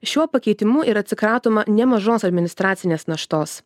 šiuo pakeitimu yra atsikratoma nemažos administracinės naštos